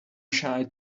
shy